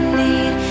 need